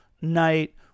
night